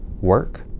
work